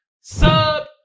SUB